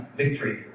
victory